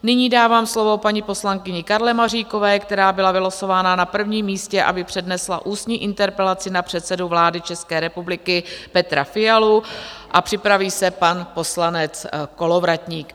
Nyní dávám slovo paní poslankyni Karle Maříkové, která byla vylosována na prvním místě, aby přednesla ústní interpelaci na předsedu vlády České republiky Petra Fialu a připraví se pan poslanec Kolovratník.